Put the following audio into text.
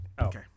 Okay